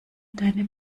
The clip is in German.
deine